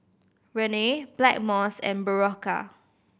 Rene Blackmores and Berocca